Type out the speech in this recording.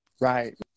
right